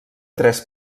tres